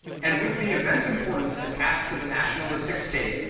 and with the immense importance attached to the nationalistic state,